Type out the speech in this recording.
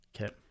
Okay